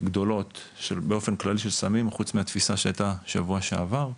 גדולות באופן כללי של סמים חוץ מהתפיסה שהייתה שבוע שעבר,